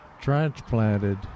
Transplanted